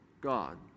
God